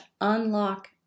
unlock